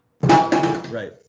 Right